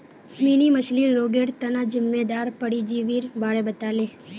mini मछ्लीर रोगेर तना जिम्मेदार परजीवीर बारे बताले